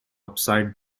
upside